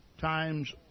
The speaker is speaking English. times